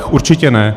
Určitě ne.